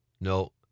No